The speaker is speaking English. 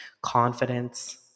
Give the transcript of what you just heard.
confidence